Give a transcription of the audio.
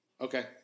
Okay